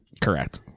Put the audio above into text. correct